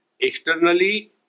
externally